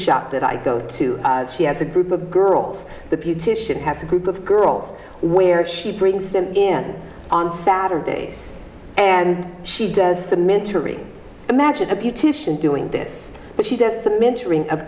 shop that i go to she has a group of girls the beautician has a group of girls where she brings them in on saturdays and she does the mentoring imagine a beautician doing this but she does some mentoring